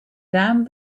down